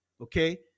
okay